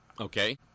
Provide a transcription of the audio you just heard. Okay